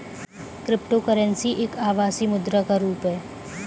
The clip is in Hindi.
क्रिप्टोकरेंसी एक आभासी मुद्रा का रुप है